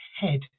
head